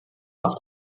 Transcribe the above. auf